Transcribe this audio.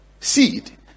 seed